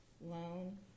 loan